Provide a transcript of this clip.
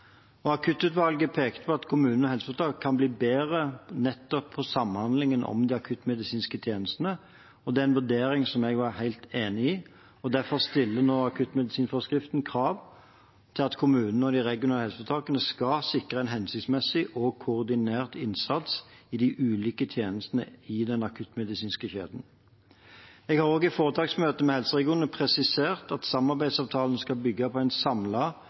parten. Akuttutvalget pekte på at kommunene og helseforetakene kan bli bedre nettopp på samhandlingen om de akuttmedisinske tjenestene. Det er en vurdering som jeg var helt enig i. Derfor stiller akuttmedisinforskriften nå krav til at kommunene og de regionale helseforetakene skal sikre en hensiktsmessig og koordinert innsats i de ulike tjenestene i den akuttmedisinske kjeden. Jeg har også i foretaksmøtet med helseregionene presisert at samarbeidsavtalen skal bygge på en